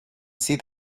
see